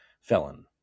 felon